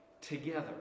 together